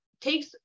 takes